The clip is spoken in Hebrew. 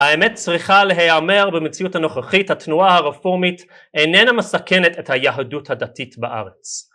האמת צריכה להיאמר במציאות הנוכחית התנועה הרפורמית איננה מסכנת את היהדות הדתית בארץ